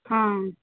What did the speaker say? हां